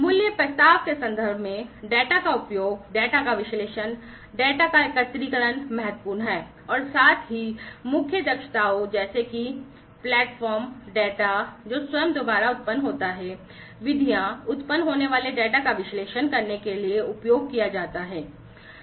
मूल्य प्रस्ताव के संदर्भ में डेटा का उपयोग डेटा का विश्लेषण डेटा का एकत्रीकरण ये महत्वपूर्ण हैं और साथ ही मुख्य दक्षताओं जैसे कि प्लेटफ़ॉर्म डेटा जो स्वयं द्वारा उत्पन्न होता है विधियाँ उत्पन्न होने वाले डेटा का विश्लेषण करने के लिए उपयोग किया जाता है